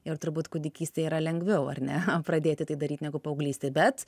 ir turbūt kūdikystėj yra lengviau ar ne pradėti tai daryti negu paauglystėj bet